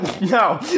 No